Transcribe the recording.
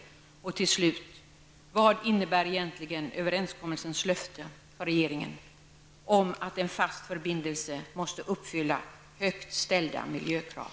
Till slut vill jag fråga: Vad innebär egentligen för regeringen överenskommelsens löfte om att en fast förbindelse måste uppfylla högt ställda miljökrav?